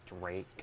Drake